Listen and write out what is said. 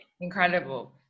Incredible